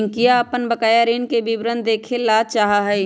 रियंका अपन बकाया ऋण के विवरण देखे ला चाहा हई